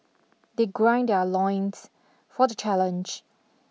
they grind their loins for the challenge